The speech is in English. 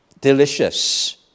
delicious